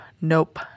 nope